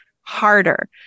harder